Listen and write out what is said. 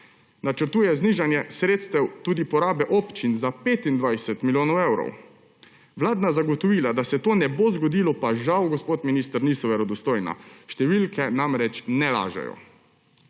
Načrtuje znižanje sredstev tudi porabe občin za 25 milijonov evrov. Vladna zagotovila, da se to ne bo zgodilo, pa žal, gospod minister, niso verodostojna. Številke namreč ne lažejo.